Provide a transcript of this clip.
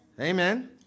Amen